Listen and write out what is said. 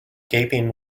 gaping